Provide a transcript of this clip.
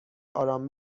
آرام